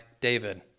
David